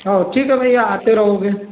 हओ ठीक है भैया आते रहो फ़िर